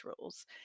rules